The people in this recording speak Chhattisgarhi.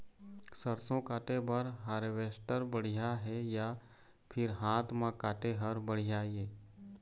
सरसों काटे बर हारवेस्टर बढ़िया हे या फिर हाथ म काटे हर बढ़िया ये?